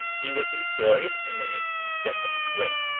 he was employed in a definite way.